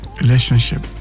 Relationship